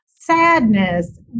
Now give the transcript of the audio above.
sadness